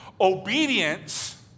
Obedience